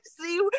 see